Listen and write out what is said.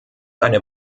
eine